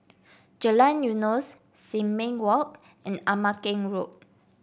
Jalan Eunos Sin Ming Walk and Ama Keng Road